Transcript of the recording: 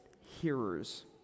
hearers